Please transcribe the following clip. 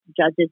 judges